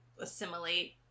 assimilate